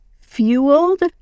fueled